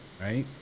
right